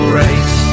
race